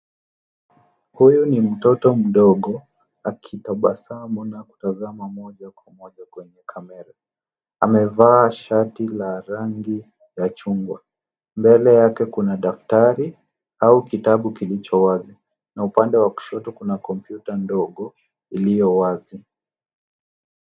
Huyu ni mtoto mdogo akitabasamu na kutazama moja kwa moja kwenye kamera. Amevaa shati la rangi ya chungwa. Mbele yake kuna daftari au kitabu kilicho wazi na upande wa kushoto kuna kompyuta ndogo iliyowazi.